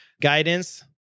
guidance